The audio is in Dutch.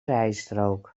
rijstrook